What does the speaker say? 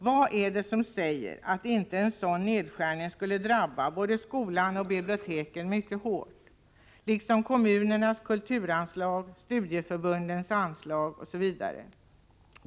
Vad är det som säger att inte en sådan nedskärning skulle drabba både skolan och biblioteken mycket hårt liksom kommunernas kulturanslag, anslagen till studieförbunden osv.?